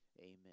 amen